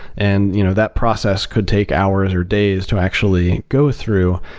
and you know that process could take hours or days to actually go through.